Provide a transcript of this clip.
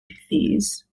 fees